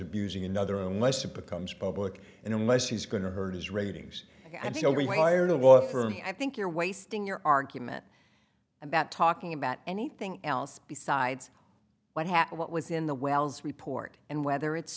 abusing another unless it becomes public and unless he's going to hurt his ratings and so we hired a lawyer for me i think you're wasting your argument about talking about anything else besides what happened what was in the wells report and whether it's